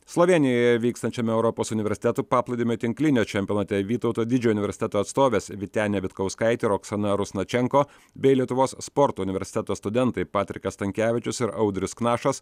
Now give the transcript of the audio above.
slovėnijoje vykstančiame europos universitetų paplūdimio tinklinio čempionate vytauto didžiojo universiteto atstovės vytenė vitkauskaitė ir oksana rusnačenko bei lietuvos sporto universiteto studentai patrikas stankevičius ir audrius knašas